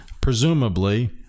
presumably